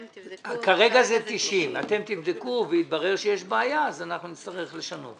כרגע זה 90. אתם תבדקו ויתברר שיש בעיה אז נצטרך לשנות